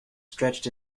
stretched